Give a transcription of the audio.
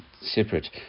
separate